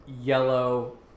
Yellow